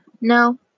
No